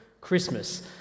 Christmas